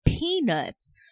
peanuts